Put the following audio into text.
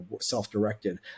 self-directed